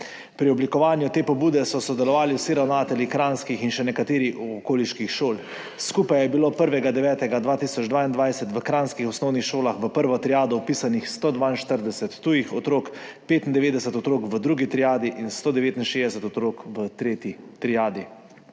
Pri oblikovanju te pobude so sodelovali vsi ravnatelji kranjskih in še nekaterih okoliških šol. Skupaj je bilo 1. 9. 2022 v kranjskih osnovnih šolah v prvo triado vpisanih 142 tujih otrok, 95 otrok v drugi triadi in 169 otrok v tretji triadi.